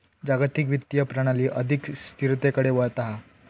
जागतिक वित्तीय प्रणाली अधिक स्थिरतेकडे वळता हा